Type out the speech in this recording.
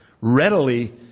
readily